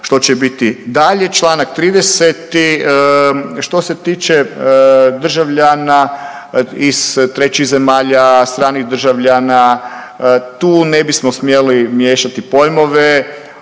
što će biti dalje. Članak 30. Što se tiče državljana iz trećih zemalja, stranih državljana tu ne bismo smjeli miješati pojmove.